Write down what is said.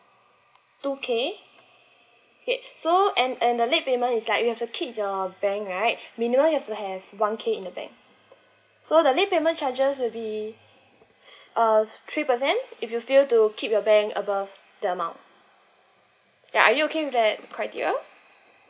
two K okay so and and the late payment is like you have to keep your bank right minimum you have to have one K in the bank so the late payment charges will be uh three percent if you fail to keep your bank above the amount ya are you okay with that criteria